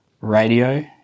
radio